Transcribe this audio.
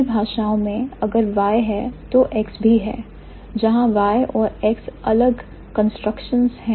सभी भाषाओं में अगर Y है तो X भी है जहां Y और X अलग कंस्ट्रक्शंस हैं